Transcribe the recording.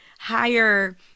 higher